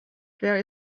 there